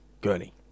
Gurney